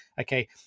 okay